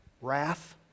Wrath